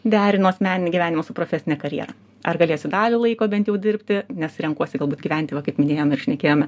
derino asmeninį gyvenimą su profesine karjera ar galėsiu dalį laiko bent jau dirbti nes renkuosi galbūt gyventi va kaip minėjom ir šnekėjome